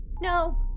No